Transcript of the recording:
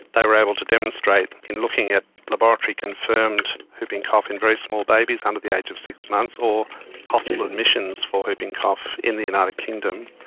they were able to demonstrate in looking at laboratory confirmed whooping cough in very small babies under the age of six months or hospital admissions for whooping cough in the united kingdom,